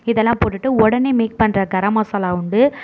இதெல்லாம் போட்டுவிட்டு உடனே மேக் பண்ணுற கரம் மசாலா வந்து